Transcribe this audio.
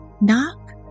Knock